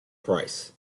price